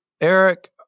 Eric